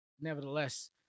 nevertheless